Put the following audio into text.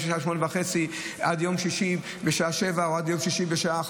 או בשעה 20:30 עד יום שישי בשעה 07:00 או עד יום שישי בשעה 17:00,